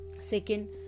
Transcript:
Second